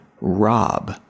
ROB